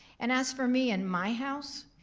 and as for me and my house,